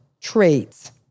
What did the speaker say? traits